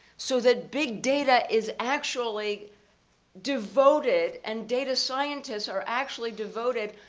so that big data is actually devoted, and data scientists are actually devoted,